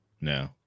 No